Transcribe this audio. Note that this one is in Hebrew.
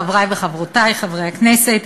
חברי וחברותי חברי הכנסת,